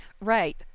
Right